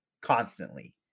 Constantly